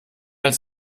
als